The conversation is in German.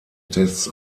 tests